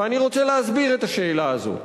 ואני רוצה להסביר את השאלה הזאת.